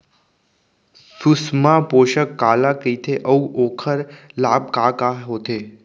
सुषमा पोसक काला कइथे अऊ ओखर लाभ का का होथे?